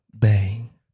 Bang